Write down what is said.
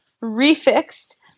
refixed